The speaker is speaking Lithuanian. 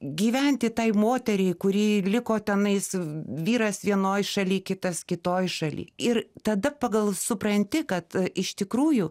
gyventi tai moteriai kuri liko tenais vyras vienoj šaly kitas kitoj šaly ir tada pagal supranti kad iš tikrųjų